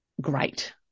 great